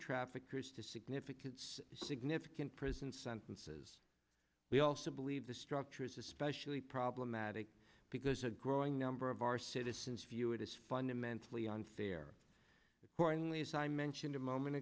traffickers to significant significant prison sentences we also believe the structure is especially problematic because a growing number of our citizens view it is fundamentally unfair accordingly as i mentioned a moment